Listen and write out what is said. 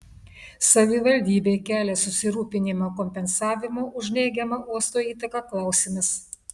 savivaldybei kelia susirūpinimą kompensavimo už neigiamą uosto įtaką klausimas